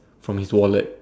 from his wallet